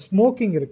Smoking